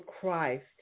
Christ